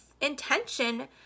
intention